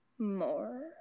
More